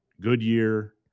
Goodyear